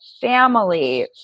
family